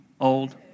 old